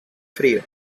frío